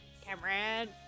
Cameron